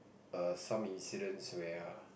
err some incidents where are